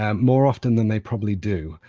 um more often than they probably do.